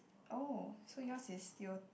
oh so yours is your